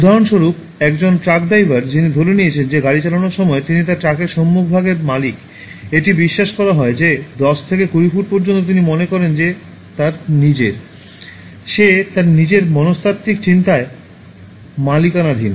উদাহরণস্বরূপ একজন truck driver যিনি ধরে নিয়েছেন যে গাড়ি চালানোর সময় তিনি তার ট্রাকের সম্মুখ ভাগের মালিক এটি বিশ্বাস করা হয় যে 10 থেকে 20 ফুট পর্যন্ত তিনি মনে করেন যে তা নিজের সে তাঁর নিজের মনস্তাত্ত্বিক চিন্তায় মালিকানাধীন